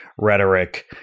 rhetoric